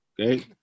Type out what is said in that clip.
Okay